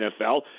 NFL